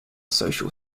social